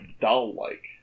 doll-like